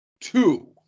Two